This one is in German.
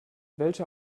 welcher